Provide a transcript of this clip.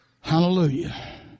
Hallelujah